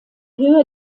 höher